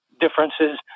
differences